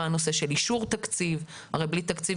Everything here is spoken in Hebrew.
הובא לדיון אישור התקציב כי הרי בלי תקציב,